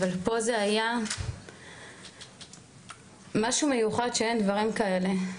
אבל פה זה היה משהו מיוחד שאין דברים כאלה.